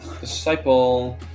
disciple